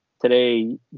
today